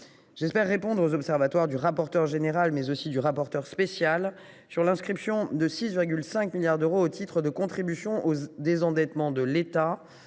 J’espère répondre aux observations du rapporteur général et du rapporteur spécial sur l’inscription de 6,5 milliards d’euros au titre de la contribution au désendettement de l’État.